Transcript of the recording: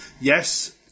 yes